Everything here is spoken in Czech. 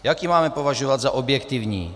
Jak ji máme považovat za objektivní?